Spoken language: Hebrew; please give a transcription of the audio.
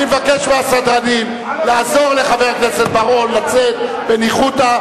אני מבקש מהסדרנים לעזור לחבר הכנסת בר-און לצאת בניחותא,